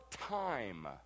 time